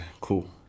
cool